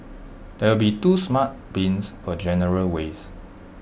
there will be two smart bins for general waste